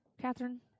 Catherine